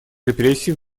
репрессий